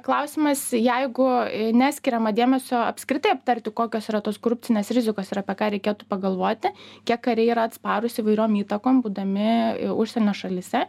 klausimas jeigu neskiriama dėmesio apskritai aptarti kokios yra tos korupcinės rizikos ir apie ką reikėtų pagalvoti kiek kariai yra atsparūs įvairiom įtakom būdami užsienio šalyse